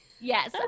Yes